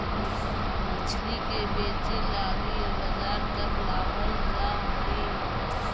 मछली के बेचे लागी बजार तक लाबल जा हई